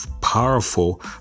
powerful